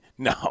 No